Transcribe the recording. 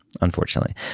unfortunately